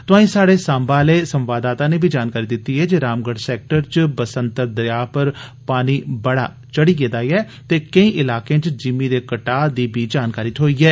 तोआई स्हाड़े सांबा आह्ले संवाददाता नै बी जानकारी दित्ती ऐ जे रामगढ़ सैक्टर च बसंतर दरेया पर पानी बड़ा चड़ी आए दा ऐ ते केई इलाकें च जिमीं दे कटाऽ दी बी जानकारी थ्होई ऐ